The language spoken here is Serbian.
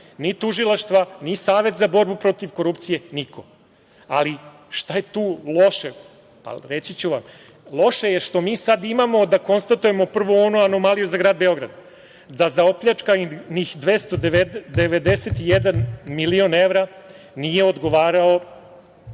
ni tužilaštva, ni Savet za borbu protiv korupcije, niko. Ali, šta je tu loše? Reći ću vam, loše je što mi sada imamo da konstatujemo prvo onu anomaliju za Grad Beograd, da za opljačkanih 291 milion evra, nije odgovarao